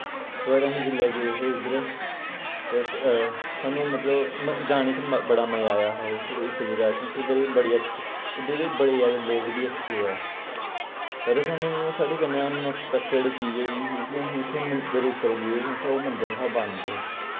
और असीं जुल्लै गे हे उद्दर ते साणु मतलव जाने च म बड़ा मजा आया हा उस जगह् क्यूंकि उद्दर बड़ी अच्छी उद्दर दे बड़े जैदा लोक वी अच्छे ऐ पर साणु साढ़े कन्नै अनएक्सपेक्टेड चीज होई ही कि असें उत्थैं मंदर उप्पर गे हे ते ओह् मंदर हा बंद